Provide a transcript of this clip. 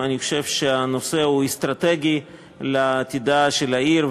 אני חושב שהנושא הוא אסטרטגי לעתידה של העיר,